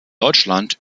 deutschland